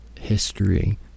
history